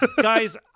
guys